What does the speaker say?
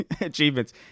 achievements